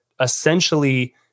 essentially